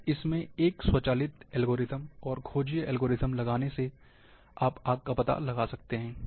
तो इसमें एक स्वचालित एलगोरिथम और खोजीय एलगोरिथम लगाने से आप आग का पता लगा सकते हैं